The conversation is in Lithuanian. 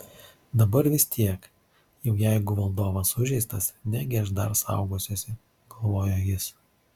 dabar vis tiek jau jeigu valdovas sužeistas negi aš dar saugosiuosi galvojo jis